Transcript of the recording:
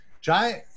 Giant